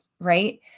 right